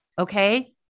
Okay